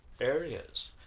areas